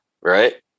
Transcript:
Right